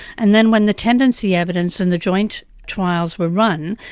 and then when the tendency evidence and the joint trials were run,